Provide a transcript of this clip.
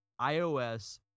iOS